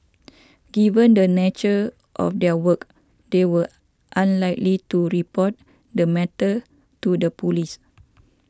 given the nature of their work they were unlikely to report the matter to the police